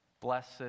Blessed